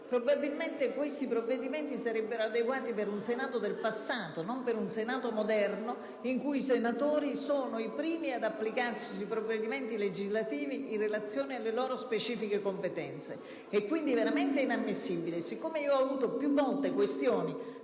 Probabilmente questi provvedimenti sarebbero adeguati per il Senato del passato, non per un Senato moderno in cui i senatori sono i primi ad applicarsi sui provvedimenti legislativi in relazione alle loro specifiche competenze. È quindi veramente inammissibile. Ho avuto più volte questioni